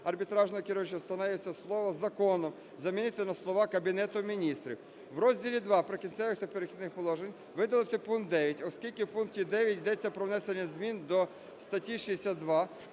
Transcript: арбітражного керуючого вставляється слово "закону", замінити на слова "Кабінету Міністрів". В розділі ІІ "Прикінцевих та перехідних положень" видалити пункт 9, оскільки в пункті 9 йдеться про внесення змін до статті 62